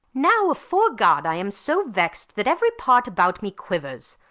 now, afore god, i am so vexed that every part about me quivers.